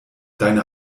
deine